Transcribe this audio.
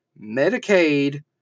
Medicaid